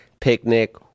picnic